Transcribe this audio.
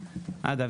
אגב,